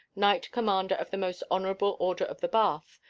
knight commander of the most honorable order of the bath,